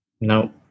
no